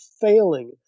failing